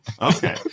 okay